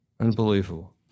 Unbelievable